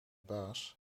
baas